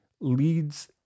leads